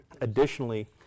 Additionally